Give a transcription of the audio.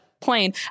plane